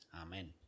Amen